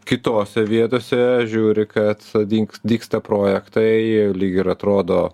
kitose vietose žiūri kad sodink dygsta projektai lyg ir atrodo